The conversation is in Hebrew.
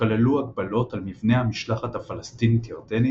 שכללו הגבלות על מבנה המשלחת הפלסטינית-ירדנית,